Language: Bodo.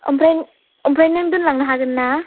ओमफ्राय ओमफ्राय नों दोनलांनो हागोन ना